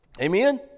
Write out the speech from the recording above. Amen